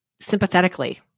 Sympathetically